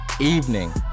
evening